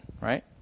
right